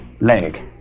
leg